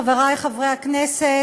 חברי חברי הכנסת,